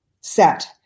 set